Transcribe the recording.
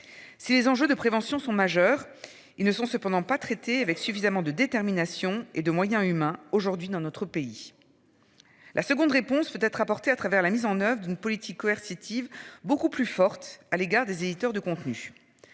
Si les enjeux de prévention sont majeurs, ils ne sont cependant pas traité avec suffisamment de détermination et de moyens humains aujourd'hui dans notre pays. La seconde réponse peut être apportée à travers la mise en oeuvre d'une politique coercitive beaucoup plus forte à l'égard des éditeurs de contenus.